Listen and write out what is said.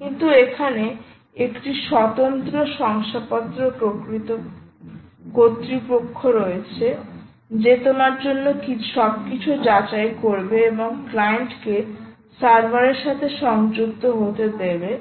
কিন্তু এখানে একটি স্বতন্ত্র শংসাপত্র কর্তৃপক্ষ রয়েছে যে তোমার জন্য সবকিছু যাচাই করবে এবং ক্লায়েন্টকে সার্ভারের সাথে সংযুক্ত হতে দেবে